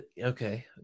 okay